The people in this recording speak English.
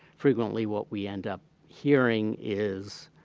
frequently, what we end up hearing is,